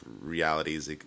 realities